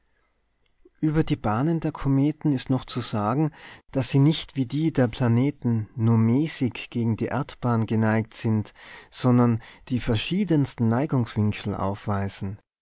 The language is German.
über die bahnen der kometen ist noch zu sagen daß sie nicht wie die der planeten nur mäßig gegen die erdbahn geneigt sind sondern die verschiedensten neigungswinkel aufweisen